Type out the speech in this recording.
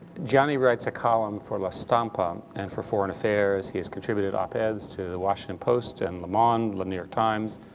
gianni writes a column for la stampa um and for foreign affairs. he's contributed op-eds to the washington post and le monde, new york times,